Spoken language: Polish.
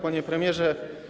Panie Premierze!